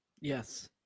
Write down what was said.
Yes